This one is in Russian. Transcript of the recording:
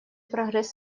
прогресс